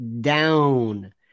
down